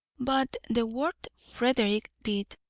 but the word frederick did.